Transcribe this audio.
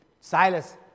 Silas